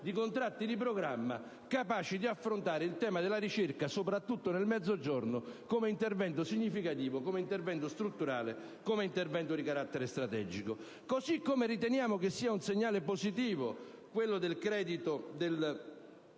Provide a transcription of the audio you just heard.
di contratti di programma capaci di affrontare il tema della ricerca, soprattutto nel Mezzogiorno, come intervento significativo, strutturale e di carattere strategico. Allo stesso modo, riteniamo sia un segnale positivo quello del credito